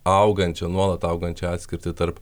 augančią nuolat augančią atskirtį tarp